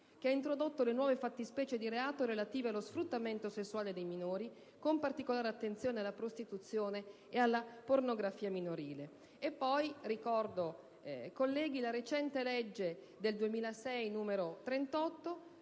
che ha introdotto le nuove fattispecie di reato relative allo sfruttamento sessuale dei minori, con particolare attenzione alla prostituzione e alla pornografia minorile. Ricordo poi, colleghi, la recente legge del 2006 n. 38